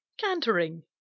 cantering